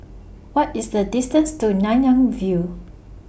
What IS The distance to Nanyang View